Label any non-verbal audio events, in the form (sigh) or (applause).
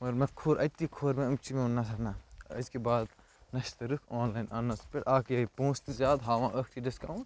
مگر مےٚ کھوٚر اَتہِ تہِ کھوٚر مےٚ یِم چھِ (unintelligible) نَہ ہہ نَہ أزۍ کہ بعد نَستہِ رٕکھ آن لایِن اَننَس پٮ۪ٹھ اَکھ گٔے پونٛسہٕ تہِ زیادٕ ہاوان أختٕے ڈِسکاوُنٛٹ